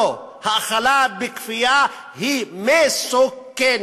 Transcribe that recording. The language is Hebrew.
לא, האכלה בכפייה היא מסוכנת.